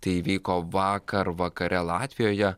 tai įvyko vakar vakare latvijoje